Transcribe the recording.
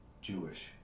Jewish